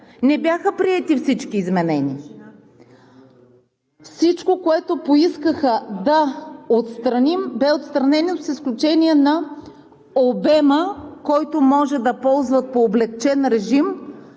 Не бяха приети всички изменения. Всичко, което поискаха да отстраним, бе отстранено, с изключение на обема, който може да ползват по облекчен режим